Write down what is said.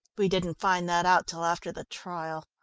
we didn't find that out till after the trial.